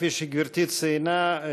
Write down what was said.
כפי שגברתי ציינה,